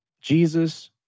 Jesus